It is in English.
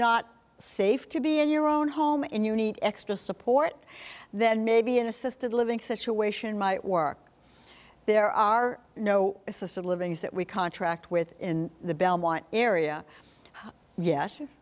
not safe to be in your own home and you need extra support then maybe an assisted living situation might work there are no assisted living is that we contract with in the belmont area ye